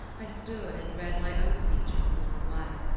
i stood and read my own features a long while,